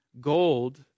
Gold